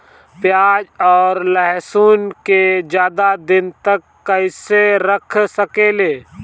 प्याज और लहसुन के ज्यादा दिन तक कइसे रख सकिले?